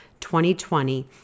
2020